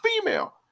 female